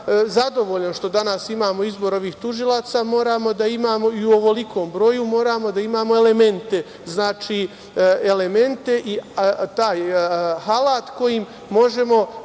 zadovoljan što danas imao izbor ovih tužilaca i u ovolikom broju, moramo da imamo elemente. Znači, elemente i taj alat kojim možemo